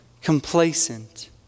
complacent